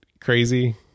crazy